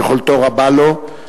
ויכולתו רבה לו,